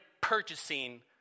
purchasing